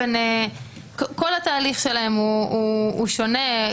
כל התהליך שלהם שונה,